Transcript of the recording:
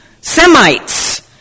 Semites